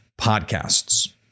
podcasts